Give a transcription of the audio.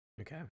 Okay